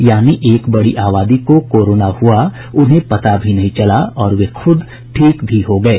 यानि एक बड़ी आबादी को कोरोना हुआ उन्हें पता भी नहीं चला और वे खुद ही ठीक भी हो गये